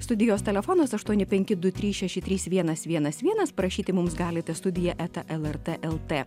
studijos telefonas aštuoni penki du trys šeši trys vienas vienas vienas parašyti mums galite studija eta lrt lt